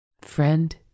Friend